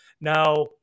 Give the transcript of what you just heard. Now